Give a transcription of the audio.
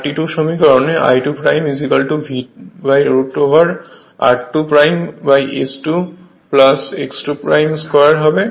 32 সমীকরণে I2 Vroot over r2 S2 x 2 2 হবে